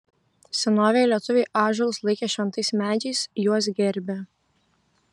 senovėje lietuviai ąžuolus laikė šventais medžiais juos gerbė